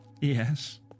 Yes